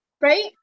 right